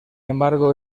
embargo